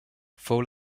fou